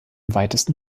weitesten